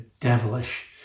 devilish